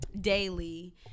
daily